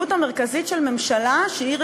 תודה, השר,